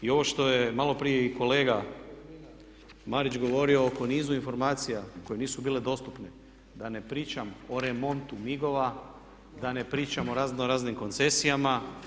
I ovo što je malo prije i kolega Marić govorio o nizu informacija koje nisu bile dostupne da ne pričam o remontu MIG-ova, da ne pričam o razno raznim koncesijama.